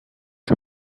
the